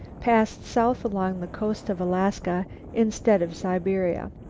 passed south along the coast of alaska instead of siberia.